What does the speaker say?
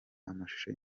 amashusho